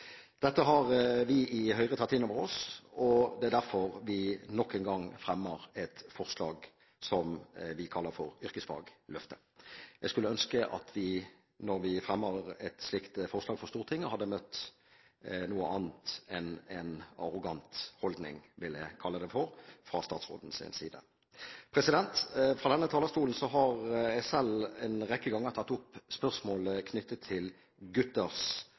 Dette har vi i Høyre tatt inn over oss, og det er derfor vi nok engang fremmer et forslag som vi kaller yrkesfagløftet. Jeg skulle ønske at vi, når vi fremmer et slikt forslag for Stortinget, hadde blitt møtt med noe annet enn en arrogant holdning – vil jeg kalle det – fra statsrådens side. Fra denne talerstolen har jeg selv en rekke ganger tatt opp spørsmålet knyttet til gutters